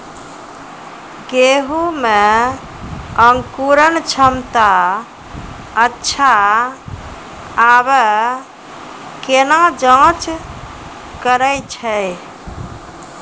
गेहूँ मे अंकुरन क्षमता अच्छा आबे केना जाँच करैय छै?